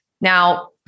Now